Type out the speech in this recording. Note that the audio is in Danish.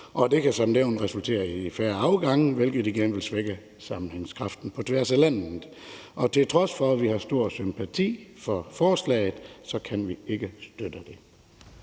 det kan som nævnt resultere i færre afgange, hvilket igen ville svække sammenhængskraften på tværs af landet. Så på trods af at vi har stor sympati for forslaget, kan vi ikke støtte det.